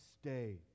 Stay